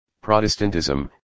Protestantism